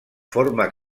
forma